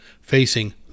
Facing